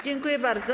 Dziękuję bardzo.